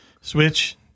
Switch